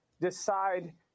decide